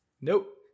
Nope